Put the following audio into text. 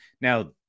Now